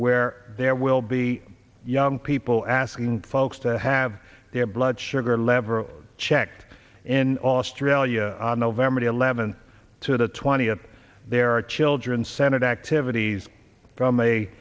where there will be young people asking folks to have their blood sugar level checked in australia on november the eleventh to the twentieth there are children senate activities from a